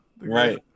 Right